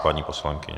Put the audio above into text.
Paní poslankyně.